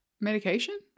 Medication